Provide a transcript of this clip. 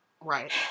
right